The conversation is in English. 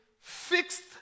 fixed